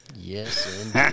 Yes